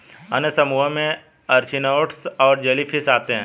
अन्य समूहों में एचिनोडर्म्स और जेलीफ़िश आते है